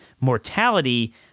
mortality